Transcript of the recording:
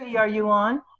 ah you on?